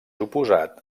oposat